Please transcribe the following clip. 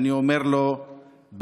אני אומר לו בערבית: